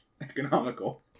economical